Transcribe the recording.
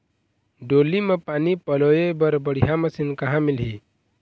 डोली म पानी पलोए बर बढ़िया मशीन कहां मिलही?